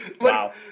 Wow